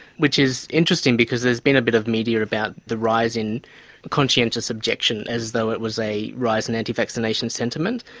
which is interesting because there's been a bit of media about the rise in conscientious objection as though it was a rise in anti-vaccination sentiment.